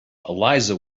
eliza